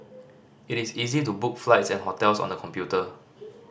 it is easy to book flights and hotels on the computer